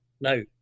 no